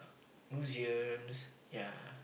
museums ya